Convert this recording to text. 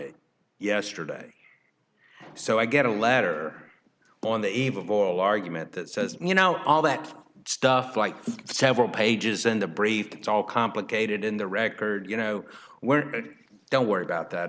it yesterday so i get a letter on the eve of all argument that says you know all that stuff like several pages in the briefcase all complicated in the record you know where i don't worry about that